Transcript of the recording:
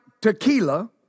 tequila